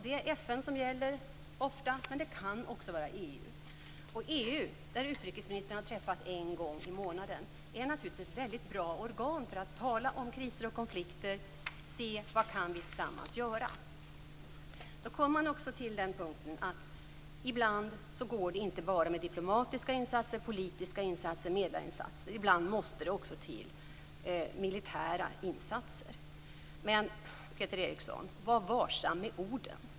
Det är ofta FN som gäller, men det kan också vara EU. EU:s utrikesministrar träffas en gång i månaden, och det är naturligtvis ett väldigt bra organ för att tala om kriser och konflikter och se vad vi kan göra tillsammans. Då kommer man ibland till den punkten att det inte går med bara diplomatiska insatser, politiska insatser eller medlarinsatser utan att det också måste till militära insatser. Peter Eriksson bör vara varsam med orden.